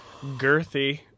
girthy